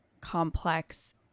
complex